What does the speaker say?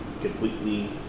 completely